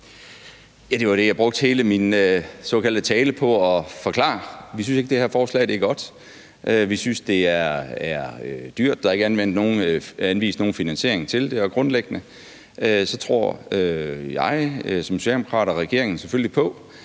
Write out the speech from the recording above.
jeg brugte hele min såkaldte tale på at forklare. Vi synes ikke, at det her forslag er godt. Vi synes, det er dyrt. Der er ikke anvist nogen finansiering til det. Grundlæggende tror jeg som socialdemokrat og regeringen selvfølgelig på,